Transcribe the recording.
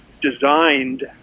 designed